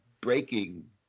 breaking